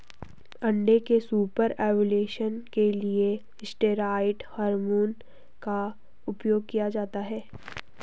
अंडे के super ovulation के लिए स्टेरॉयड हार्मोन का उपयोग किया जाता है